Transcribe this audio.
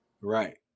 Right